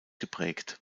geprägt